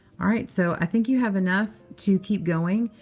all right. so i think you have enough to keep going.